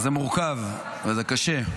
וזה מורכב, וזה קשה,